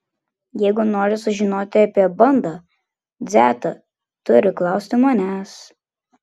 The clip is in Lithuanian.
jeigu nori sužinoti apie banda dzeta turi klausti manęs